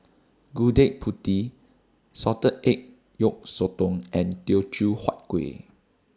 Gudeg Putih Salted Egg Yolk Sotong and Teochew Huat Kueh